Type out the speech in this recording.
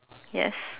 yes